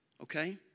okay